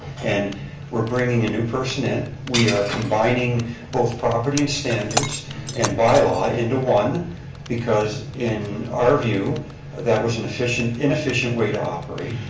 and we're bringing a new person in, we are combining both property and standards and bylaw into one because in our view that was an inefficient way to operate.